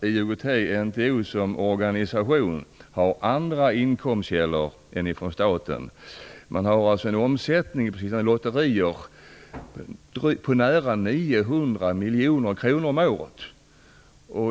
IOGT-NTO som organisation har ju andra inkomstkällor än staten. Man har en omsättning genom sina lotterier på nära 900 miljoner kronor om året.